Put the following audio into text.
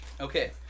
Okay